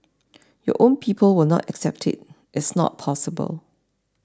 your own people will not accept it it's not possible